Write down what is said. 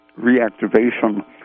reactivation